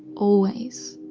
always.